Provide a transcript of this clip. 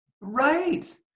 Right